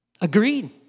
Agreed